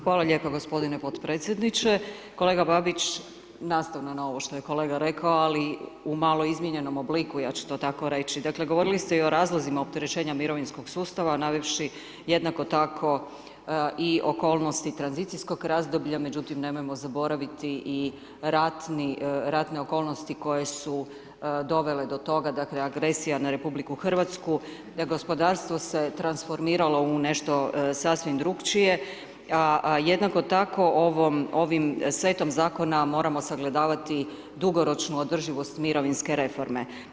Hvala lijepo gospodine podpredsjedniče, kolega Babić nastavno na ovo što je kolega rekao, ali u malo izmijenjenom obliku ja ću to tako reći, dakle govorili ste i o razlozima opterećenja mirovinskog sustava navevši jednako tako i okolnosti tranzicijskog razdoblja međutim nemojmo zaboraviti i ratni, ratne okolnosti koje su dovele do toga, dakle agresija na RH, da gospodarstvo se transformiralo u nešto sasvim drukčije, a jednako tako ovim setom zakona moramo sagledavati dugoročnu održivost mirovinske reforme.